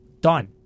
Done